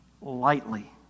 lightly